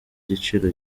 giciro